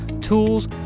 tools